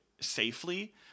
safely